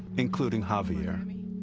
including javier. i mean